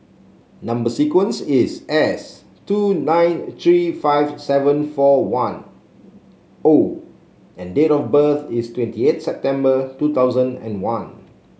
number sequence is S two nine three five seven four one O and date of birth is twenty eight September two thousand and one